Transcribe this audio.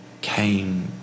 came